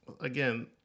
again